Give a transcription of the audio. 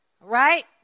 right